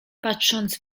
patrząc